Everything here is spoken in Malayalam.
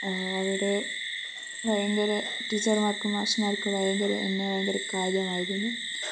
അവിടെ ഭയങ്കര ടീച്ചർമാർക്കും മാഷുമാർക്കും ഭയങ്കര എന്നെ ഭയങ്കര കാര്യമായിരുന്നു